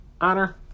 honor